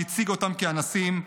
שהציג אותם כאנסים,